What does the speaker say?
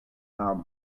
are